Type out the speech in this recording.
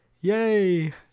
yay